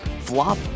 Flop